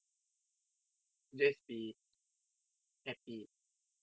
just be happy